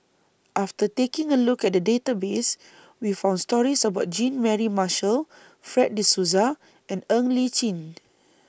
after taking A Look At The Database We found stories about Jean Mary Marshall Fred De Souza and Ng Li Chin